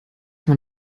man